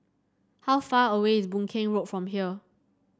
how far away is Boon Keng Road from here